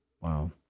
Wow